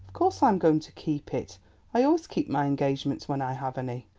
course i am going to keep it i always keep my engagements when i have any.